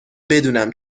بدونم